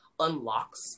unlocks